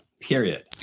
period